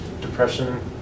depression